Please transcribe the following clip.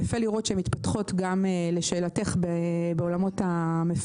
יפה לראות שהן מתפתחות גם בעולמות המפקדים.